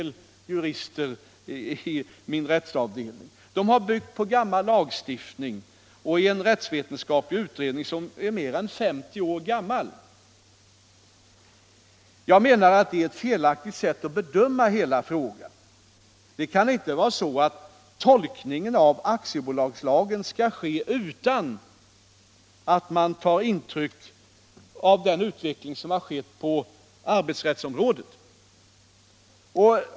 Lagrådet bygger sin uppfattning på en lagstiftning och en rättsvetenskaplig utredning som är mer än 50 år gammal. Jag menar att hela frågan på detta sätt blir felaktigt bedömd. Det kan inte vara så att tolkningen av aktiebolagslagen sker utan att hänsyn tas till utvecklingen på arbetsrättsområdet.